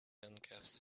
handcuffs